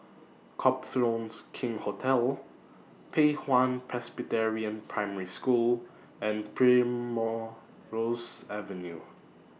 Copthorne King's Hotel Pei Hwa Presbyterian Primary School and Primrose Avenue